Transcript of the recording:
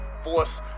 Force